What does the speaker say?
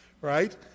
right